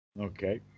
okay